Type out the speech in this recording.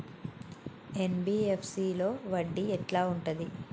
NBFC లో వడ్డీ ఎట్లా ఉంటది?